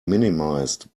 minimized